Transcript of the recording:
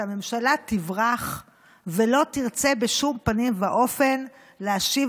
שהממשלה תברח ולא תרצה בשום פנים ואופן להשיב